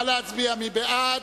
מי בעד?